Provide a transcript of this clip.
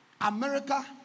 America